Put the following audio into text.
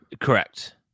Correct